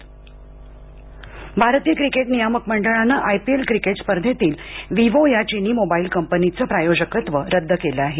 I P L भारतीय cricket नियामक मंडळान आयपीएल क्रिकेट स्पर्धेतील विवो या चिनी मोबाईल कंपनीच प्रायोजकत्व रद्द केलं आहे